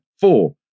four